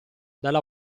dalla